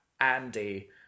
Andy